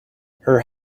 her